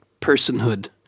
personhood